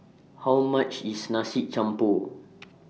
How much IS Nasi Campur